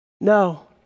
No